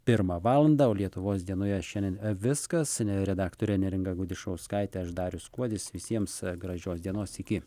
pirmą valandą o lietuvos dienoje šiandien viskas redaktorė neringa gudišauskaitė aš darius kuodis visiems gražios dienos iki